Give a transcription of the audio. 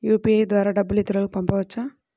UPI ద్వారా డబ్బు ఇతరులకు పంపవచ్చ?